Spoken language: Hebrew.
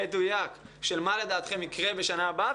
מדויק מה לדעתכם יקרה בשנה הבאה,